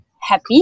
Happy